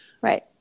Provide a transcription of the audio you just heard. Right